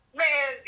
man